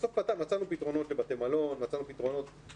בסוף מצאנו פתרונות לבתי מלון, מצאנו פתרונות,